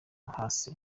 hasi